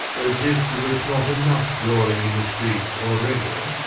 as if there was not enough brawling in the streets already,